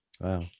Wow